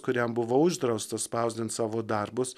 kuriam buvo uždrausta spausdint savo darbus